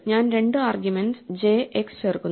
ഞാൻ രണ്ടു arguments jx ചേർക്കുന്നു